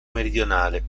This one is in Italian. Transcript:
meridionale